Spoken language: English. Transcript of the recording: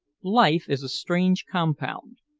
life is a strange compound.